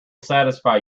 satisfy